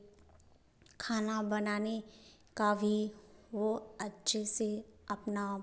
खाना बनाने का भी वह अच्छे से अपना